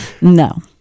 No